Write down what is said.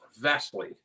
Vastly